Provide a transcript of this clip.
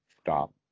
stop